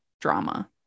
drama